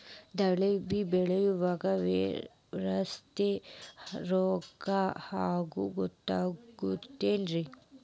ದಾಳಿಂಬಿ ಬೆಳಿಯಾಗ ವೈರಸ್ ರೋಗ ಹ್ಯಾಂಗ ಗೊತ್ತಾಕ್ಕತ್ರೇ?